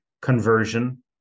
conversion